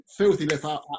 FilthyLipOut